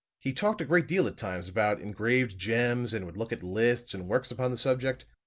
he talked a great deal at times about engraved gems and would look at lists and works upon the subject.